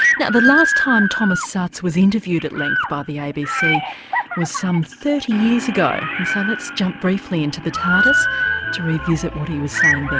now the last time thomas ah szasz was interviewed at length by the abc was some thirty years ago, and so let's jump briefly into the tardis to revisit what he was saying then.